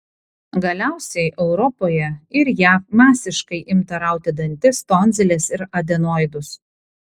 galiausiai europoje ir jav masiškai imta rauti dantis tonziles ir adenoidus